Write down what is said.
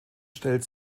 stellt